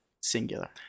singular